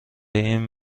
این